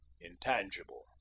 intangible